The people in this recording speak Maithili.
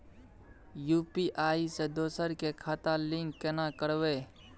यु.पी.आई से दोसर के खाता लिंक केना करबे?